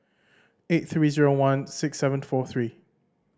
eight three zero one six seven four three